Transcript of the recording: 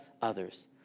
others